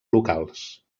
locals